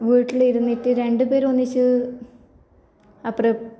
വീട്ടിലിരുന്നിട്ട് രണ്ടുപേരും ഒന്നിച്ച് അപ്പുറെ